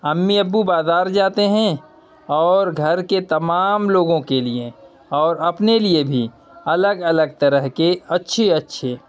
امی ابو بازار جاتے ہیں اور گھر کے تمام لوگوں کے لیے اور اپنے لیے بھی الگ الگ طرح کے اچھے اچھے